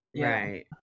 Right